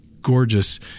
gorgeous